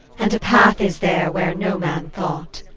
and a path is there where no man thought.